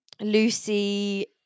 Lucy